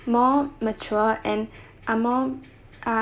more mature and uh more uh